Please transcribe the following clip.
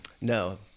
No